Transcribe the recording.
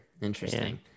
Interesting